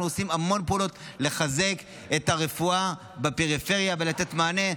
ואנחנו עושים המון פעולות לחזק את הרפואה בפריפריה ולתת מענה.